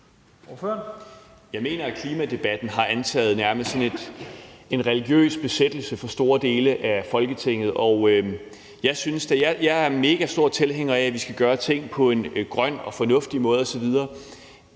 Jeg mener, at klimadebatten har antaget karakter af nærmest sådan en religiøs besættelse for store dele af Folketinget. Jeg er megastor tilhænger af, at vi skal gøre tingene på en grøn og fornuftig måde osv.,